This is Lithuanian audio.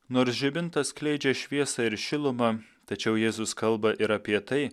nors žibintas skleidžia šviesą ir šilumą tačiau jėzus kalba ir apie tai